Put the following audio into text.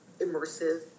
immersive